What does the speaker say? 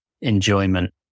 enjoyment